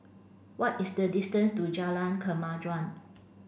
what is the distance to Jalan Kemajuan